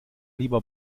lieber